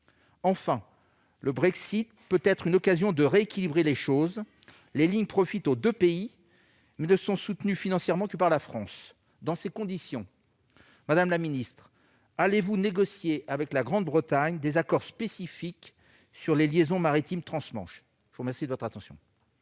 Enfin, le Brexit peut être une occasion de rééquilibrer la situation. En effet, pour l'instant, les lignes profitent aux deux pays, mais ne sont soutenues financièrement que par la France. Dans ces conditions, madame la ministre, allez-vous négocier avec la Grande-Bretagne des accords spécifiques sur les liaisons maritimes trans-Manche ? La parole est à Mme